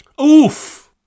Oof